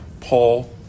Paul